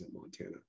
Montana